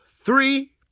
three